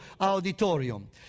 auditorium